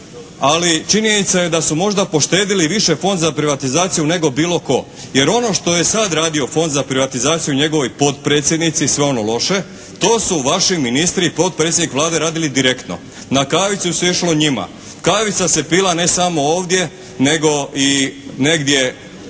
Ali činjenica je da su možda poštedili Fond za privatizaciju nego bilo tko, jer ono što je sad radio Fond za privatizaciju i njegovi potpredsjednici, sve ono loše to su vaši ministri i potpredsjednik Vlade radili direktno. Na kavicu se išlo njima. Kavica se pila ne samo ovdje nego i negdje u